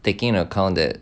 taking into account that